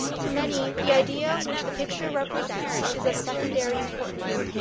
to many, the idea which the picture represents is of secondary importance,